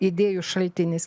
idėjų šaltinis